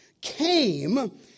came